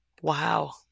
wow